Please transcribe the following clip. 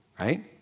right